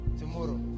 tomorrow